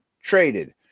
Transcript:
traded